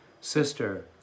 sister